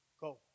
go